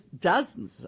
dozens